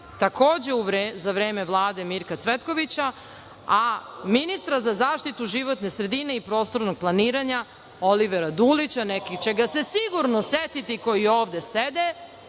takođe za vreme Vlade Mirka Cvetkovića, a ministra za zaštitu životne sredine i prostornog planiranja Olivera Dulića, neki će ga se sigurno setiti koji ovde sede